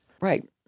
Right